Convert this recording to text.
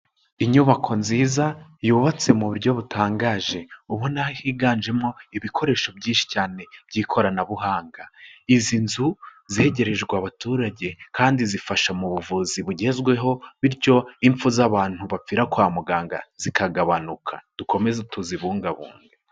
Inyubako nziza yubatse mu buryo butangaje ubona higanjemo ibikoresho byinshi cyane by'ikoranabuhanga, izi nzu zegerejwe abaturage kandi zifasha mu buvuzi bugezweho, bityo impfu z'abantu bapfira kwa muganga zikagabanuka, dukomeze tuzibungabu.